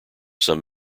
some